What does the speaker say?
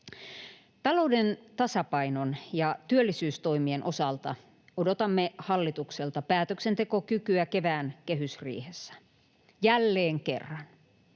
Talouden tasapainon ja työllisyystoimien osalta odotamme hallitukselta päätöksentekokykyä kevään kehysriihessä — jälleen kerran.